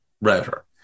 router